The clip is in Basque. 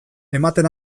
ematen